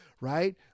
right